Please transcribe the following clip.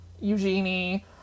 Eugenie